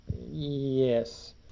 Yes